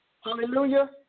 hallelujah